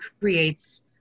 creates